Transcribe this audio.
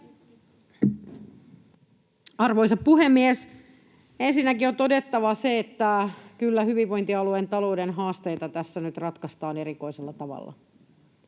Arvoisa puhemies! Ensinnäkin on todettava, että kyllä hyvinvointialueiden talouden haasteita tässä nyt ratkaistaan erikoisella tavalla.